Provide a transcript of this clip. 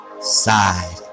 Side